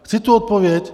Chci tu odpověď.